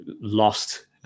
lost